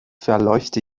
verläuft